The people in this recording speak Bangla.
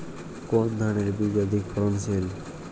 কোন ধানের বীজ অধিক ফলনশীল?